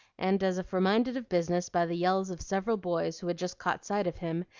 and, as if reminded of business by the yells of several boys who had just caught sight of him,